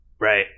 Right